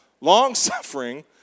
long-suffering